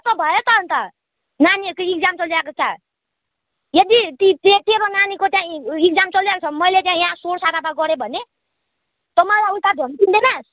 अन्त भयो त अन्त नानीहरूको एक्जाम चलिरहेको छ यदि ती तेरो नानीको त्याँ एक्जाम चलिरहेको छ भने मैले यहाँ सोरसाराबा गऱ्यो भने तँ मलाई उता झम्टिदैनस्